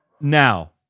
Now